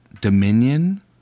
Dominion